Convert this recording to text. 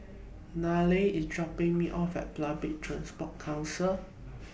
Nylah IS dropping Me off At Public Transport Council